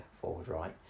forward-right